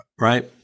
right